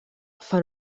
fan